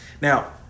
now